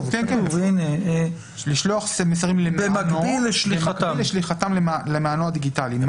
לשלוח מסרים במקביל לשליחתם למענו הדיגיטלי.